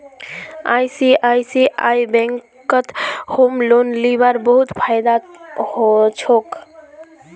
ICICI बैंकत home loan लीबार बहुत फायदा छोक